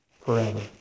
forever